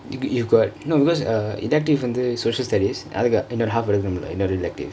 if we we got no because uh elective வந்து:vanthu social studies அதுக்கு இன்னோரு:athukku innoru half அடுக்கனும்ல:adukannumla innoru elective